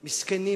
מסכנים,